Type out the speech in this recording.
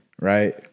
right